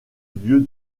lieu